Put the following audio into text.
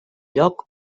lloc